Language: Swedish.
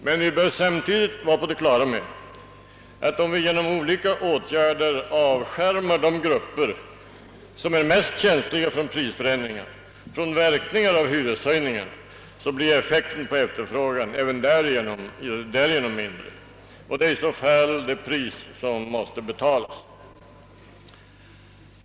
Men vi bör samtidigt vara på det klara med att om vi genom olika åtgärder avskärmar de grupper som är mest känsliga för prisförändringar från verkningarna av hyreshöjningarna, så blir effekten på efterfrågan även därigenom mindre. Det är i så fall det pris som måste betalas.